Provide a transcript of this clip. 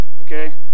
Okay